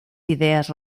idees